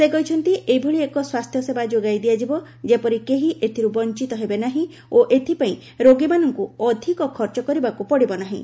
ସେ କହିଛନ୍ତି ଏଭଳି ଏକ ସ୍ୱାସ୍ଥ୍ୟ ସେବା ଯୋଗାଇ ଦିଆଯିବ ଯେପରି କେହି ଏଥିରୁ ବଞ୍ଚିତ ହେବେ ନାହିଁ ଓ ଏଥିପାଇଁ ରୋଗୀମାନଙ୍କୁ ଅଧିକ ଖର୍ଚ୍ଚ କରିବାକୁ ପଡ଼ିବ ନାହିଁ